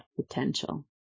potential